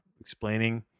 explaining